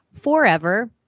forever